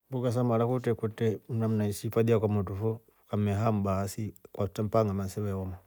Mboka sa mara kwetre kwetre namna yesiifadhi hatri kwakomtru fo ukamehaa baasi ukatra mpaka ng'ama seveeoma.